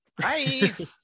hi